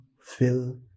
fill